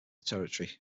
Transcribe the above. territory